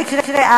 מה יקרה אז?